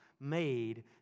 made